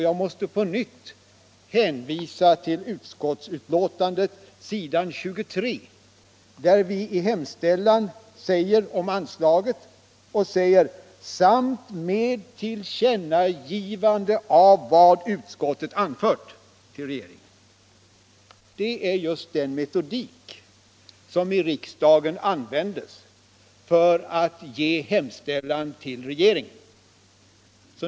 Jag måste på nytt hänvisa till utskottsbetänkandet s. 23, där vi i hemställan om anslag säger: ”samt med tillkännagivande av vad utskottet anfört.” Det är just den metodiken som i riksdagen användes för att rikta hemställan till regeringen.